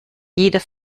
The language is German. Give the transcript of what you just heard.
jeder